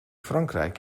frankrijk